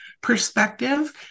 perspective